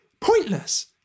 pointless